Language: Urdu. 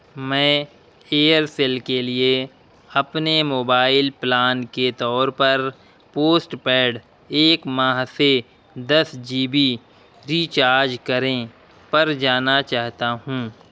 میں ایئرسل کے لیے اپنے موبائل پلان کے طور پر پوسٹ پیڈ ایک ماہ سے دس جی بی ری چارج کریں پر جانا چاہتا ہوں